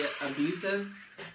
abusive